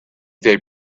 they